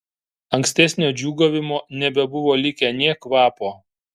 ankstesnio džiūgavimo nebebuvo likę nė kvapo